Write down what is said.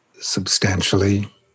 substantially